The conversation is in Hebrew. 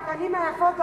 הפנים היפות,